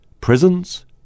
Prisons